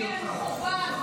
השאיר רק חורבן,